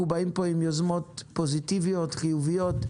אנחנו באים פה עם יוזמות פוזיטיביות, חיוביות,